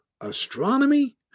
astronomy